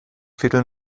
viertel